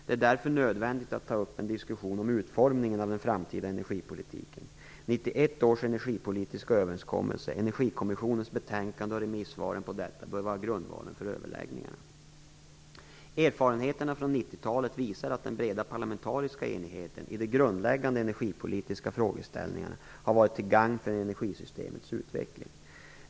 Det är därför nödvändigt att ta upp en diskussion om utformningen av den framtida energipolitiken. 1991 års energipolitiska överenskommelse, Energikommissionens betänkande och remissvaren på detta bör vara grundvalen för överläggningarna. Erfarenheterna från 1990-talet visar att den breda parlamentariska enigheten i de grundläggande energipolitiska frågeställningarna har varit till gagn för energisystemens utveckling.